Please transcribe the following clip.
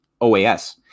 OAS